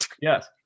yes